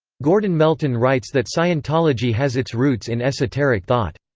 gordon melton writes that scientology has its roots in esoteric thought.